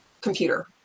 computer